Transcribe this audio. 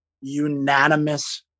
unanimous